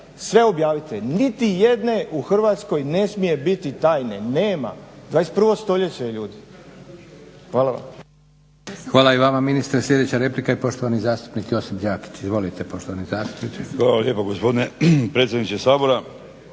sve objavite. Nitijedne u Hrvatskoj ne smije biti tajne, nema. 21. stoljeće je ljudi. Hvala vam.